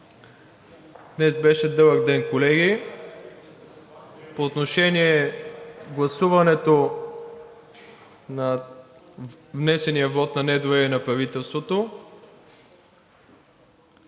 Днес беше дълъг ден, колеги. По отношение гласуването на внесения вот на недоверие на правителството